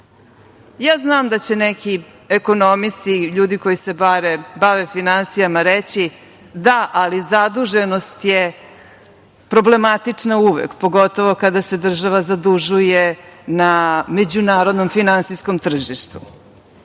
zajam. Znam da će neki ekonomisti, ljudi koji se bave finansijama reći – da, ali zaduženost je problematična uvek, pogotovo kada se država zadužuje na međunarodnom finansijskom tržištu.